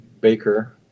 Baker